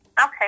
Okay